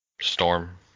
Storm